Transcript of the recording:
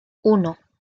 uno